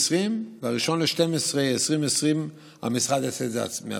2020. ב-1 בדצמבר 2020 המשרד יעשה את זה בעצמו.